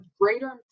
greater